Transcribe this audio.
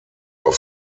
auf